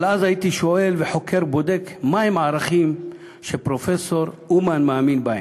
אבל אז הייתי שואל וחוקר ובודק מה הם הערכים שפרופסור אומן מאמין בהם.